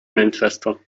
manchester